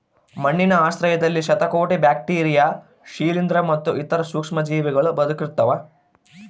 ಮಣ್ಣಿನ ಆಶ್ರಯದಲ್ಲಿ ಶತಕೋಟಿ ಬ್ಯಾಕ್ಟೀರಿಯಾ ಶಿಲೀಂಧ್ರ ಮತ್ತು ಇತರ ಸೂಕ್ಷ್ಮಜೀವಿಗಳೂ ಬದುಕಿರ್ತವ